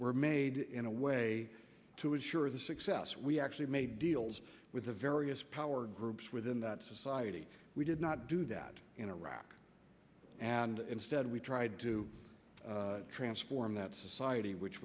were made in a way to ensure the success we actually made deals with the various power groups within that society we did not do that in iraq and instead we tried to transform that society which